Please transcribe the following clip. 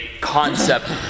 concept